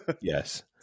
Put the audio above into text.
yes